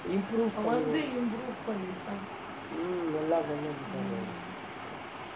improve பண்ணிருக்காரு:pannirukaaru mm நல்லா பண்ணிருக்காரு:nallaa pannirukaaru